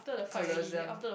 Colosseum